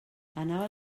anava